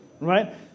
Right